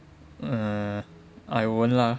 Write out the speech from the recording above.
err I won't lah